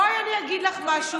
אז בואי אני אגיד לך משהו.